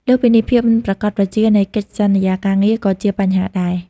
លើសពីនេះ ភាពមិនប្រាកដប្រជានៃ កិច្ចសន្យាការងារ ក៏ជាបញ្ហាដែរ។